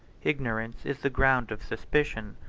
ignorance is the ground of suspicion,